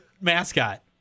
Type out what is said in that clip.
mascot